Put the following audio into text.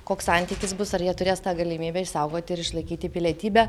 koks santykis bus ar jie turės tą galimybę išsaugoti ir išlaikyti pilietybę